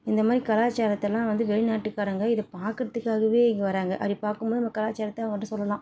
இந்தமாதிரி கலாச்சாரத்தெல்லாம் வந்து வெளிநாட்டுக்காரங்கள் இது பார்க்குறதுக்காகவே இங்கே வர்றாங்க அப்படி பார்க்கும்போது நம்ம கலாச்சாரத்தை அவங்ககிட்டே சொல்லலாம்